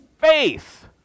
faith